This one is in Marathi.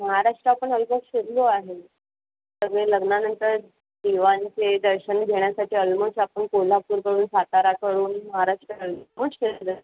महाराष्ट्रापण अलमोस्ट फिरलो आहे सगळे लग्नानंतर देवांचे दर्शन घेण्यासाठी ऑलमोस्ट आपण कोल्हापूरकडून साताराकडून महाराष्ट्र ऑलमोस्ट फिरलो